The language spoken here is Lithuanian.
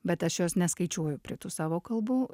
bet aš jos neskaičiuoju prie tų savo kalbų